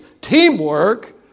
teamwork